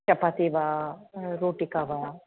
चपाति वा रोटिका वा